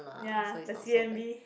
ya the C_M_B